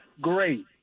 great